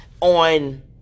on